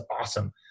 awesome